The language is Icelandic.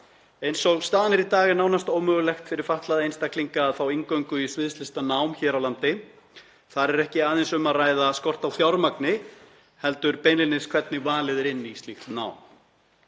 Eins og staðan er í dag er nánast ómögulegt fyrir fatlaða einstaklinga að fá inngöngu í sviðslistanám hér á landi. Þar er ekki aðeins um að ræða skort á fjármagni heldur beinlínis hvernig valið er inn í slíkt nám.